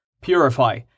Purify